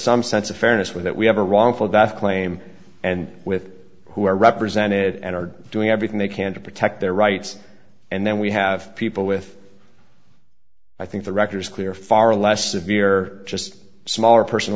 some sense of fairness with that we have a wrongful death claim and with who are represented and are doing everything they can to protect their rights and then we have people with i think the rector's clear far less severe just smaller personal